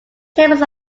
chambers